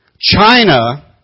China